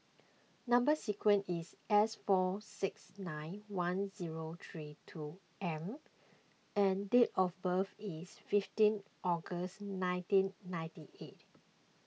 Number Sequence is S four six nine one zero three two M and date of birth is fifteen August nineteen ninety eight